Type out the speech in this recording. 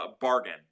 bargain